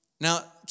Now